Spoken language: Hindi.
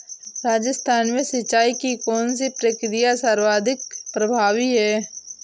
राजस्थान में सिंचाई की कौनसी प्रक्रिया सर्वाधिक प्रभावी है?